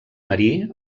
marí